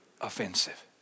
offensive